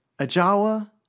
Ajawa